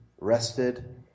rested